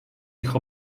ich